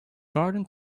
garden